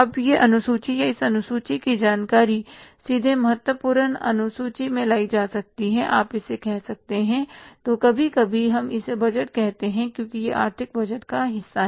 अब ये अनुसूची या इस अनुसूची की जानकारी सीधे तीसरी महत्वपूर्ण अनुसूची में ले जाई जा सकती है आप उसे कह सकते हैं तो कभी कभी हम इसे बजट कहते हैं क्योंकि यह आर्थिक बजट का हिस्सा है